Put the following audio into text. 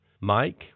mike